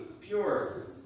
pure